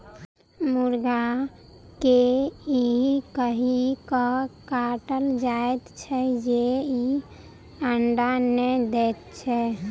मुर्गा के ई कहि क काटल जाइत छै जे ई अंडा नै दैत छै